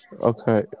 Okay